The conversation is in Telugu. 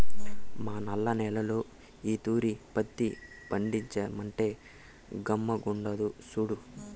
మా నల్ల నేల్లో ఈ తూరి పత్తి పంటేద్దామంటే గమ్ముగుండాడు సూడు